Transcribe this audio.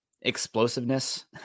explosiveness